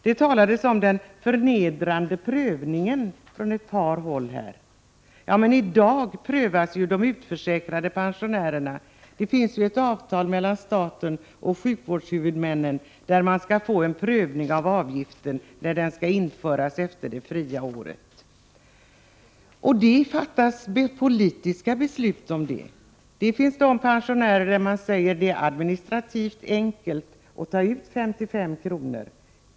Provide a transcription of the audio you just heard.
Det talades om den förnedrande prövningen från ett par håll här. Ja, men redan i dag prövas de utförsäkrade pensionärerna. Det finns ju ett avtal mellan staten och sjukvårdshuvudmännen om en prövning av avgiften när sådan skall införas efter det fria året. I denna fråga fattas besluten politiskt. Det finns fall när man säger att det är administrativt enkelt att ta ut 55 kr.